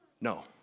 No